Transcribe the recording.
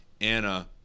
Anna